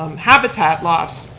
um habitat loss.